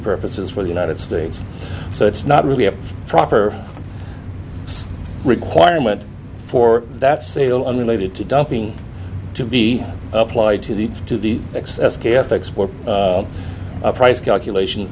purposes for the united states so it's not really a proper requirement for that sale unrelated to dumping to be applied to the to the x s k f export price calculations